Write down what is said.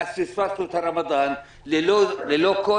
ואז פספסנו את הרמדאן, ללא כל